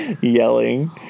yelling